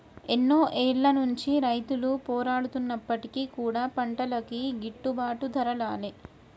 ఎన్నో ఏళ్ల నుంచి రైతులు పోరాడుతున్నప్పటికీ కూడా పంటలకి గిట్టుబాటు ధర రాలే